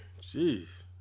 Jeez